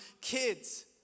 kids